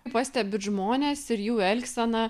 pastebit žmones ir jų elgseną